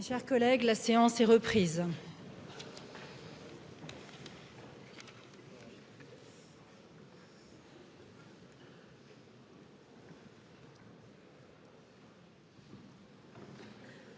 Mes chers collègues, la séance est reprise.